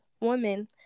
woman